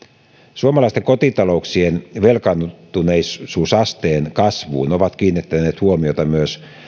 suomalaisten kotitalouksien velkaantuneisuusasteen kasvuun ovat kiinnittäneet huomiota myös